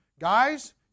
Guys